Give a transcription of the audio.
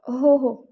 हो हो